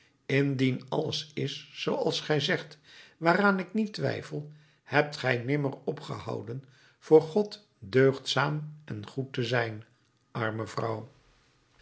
indien alles is zooals gij zegt waaraan ik niet twijfel hebt gij nimmer opgehouden voor god deugdzaam en goed te zijn arme vrouw